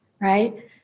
right